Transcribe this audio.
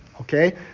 okay